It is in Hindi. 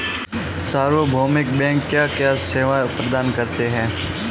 सार्वभौमिक बैंक क्या क्या सेवाएं प्रदान करते हैं?